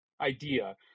idea